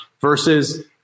versus